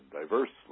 diversely